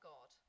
God